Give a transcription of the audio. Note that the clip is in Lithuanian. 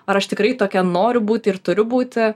ar aš tikrai tokia noriu būti ir turiu būti